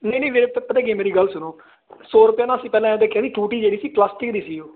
ਨਹੀਂ ਨਹੀਂ ਮੇਰੇ ਪਤਾ ਕੀ ਮੇਰੀ ਗੱਲ ਸੁਣੋ ਸੋ ਰੁਪਏ ਨਾਲ ਅਸੀਂ ਪਹਿਲਾਂ ਦੇਖਿਆ ਟੂਟੀ ਜਿਹੜੀ ਸੀ ਪਲਸਟੀ ਦੀ ਸੀ ਉਹ ਠੀਕ ਹੈ ਜੀ ਤੇ ਜਦੋਂ ਮੈਂ